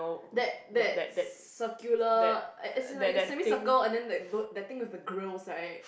that that circular as as in like the semi circle and then like the that thing with the grills right